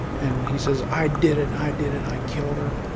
and he says, i did it. i did it. i killed her.